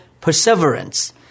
perseverance